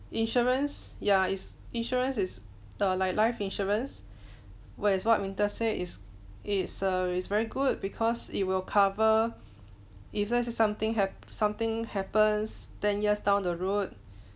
insurance ya its insurance is the like life insurance whereas what winter said is it's a it's very good because it will cover if let say something ~hap something happens ten years down the road